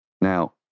Now